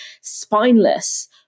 spineless